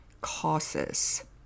causes